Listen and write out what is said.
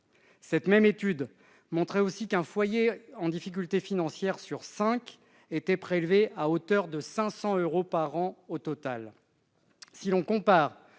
Cette même étude montrait aussi qu'un foyer en difficulté financière sur cinq était prélevé à hauteur de 500 euros par an au total.